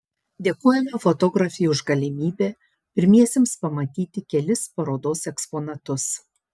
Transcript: dėkojame fotografei už galimybę pirmiesiems pamatyti kelis parodos eksponatus